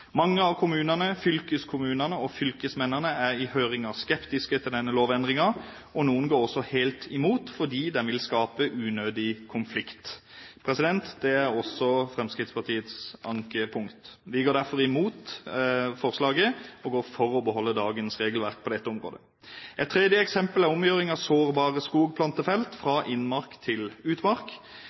Mange av kommunene, fylkeskommunene og fylkesmennene er i høringen skeptiske til denne lovendringen, og noen går også helt imot, fordi den vil skape unødig konflikt. Det er også Fremskrittspartiets ankepunkt. Vi går derfor imot forslaget, og går for å beholde dagens regelverk på dette området. Et tredje eksempel er omgjøring av sårbare skogplantefelt fra innmark til utmark.